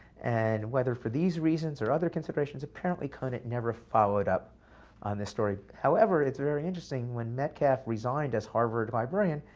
and whether for these reasons or other considerations, apparently conant never followed up on this story. however, it's very interesting when metcalf resigned as harvard librarian,